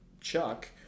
Chuck